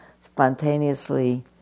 spontaneously